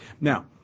Now